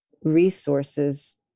resources